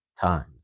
times